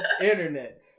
internet